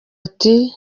ati